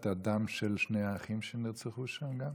גם את הדם של שני האחים שנרצחו שם?